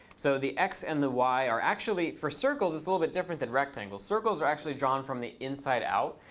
so the x and the y are actually for circles, it's a little bit different than rectangles. circles are actually drawn from the inside out.